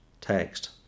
text